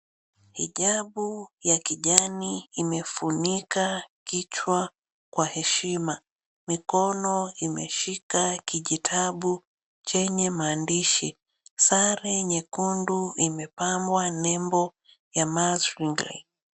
Hijabu ya kijani imefunika kichwa kwa heshima. Mikono imeshika kijitabu chenye maandishi. Sare nyekundu imepambwa, nembo ya MARS WRIGLEY.